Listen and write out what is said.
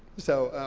so,